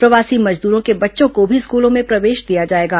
प्रवासी मजदूरों के बच्चों को भी स्कूलों में प्रवेश दिया जाएगा